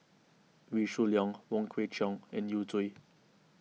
Wee Shoo Leong Wong Kwei Cheong and Yu Zhuye